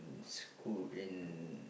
mm school in